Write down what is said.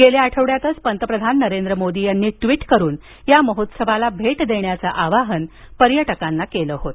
गेल्या आठवड्यातच पंतप्रधान नरेंद्र मोदी यांनी ट्वीट करीत या महोत्सवाला भेट देण्याचं आवाहन पर्यटकांना केलं होत